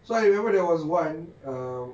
so I remember there was one um